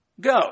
Go